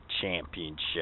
championship